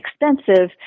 expensive